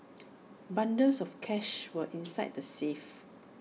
bundles of cash were inside the safe